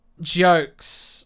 jokes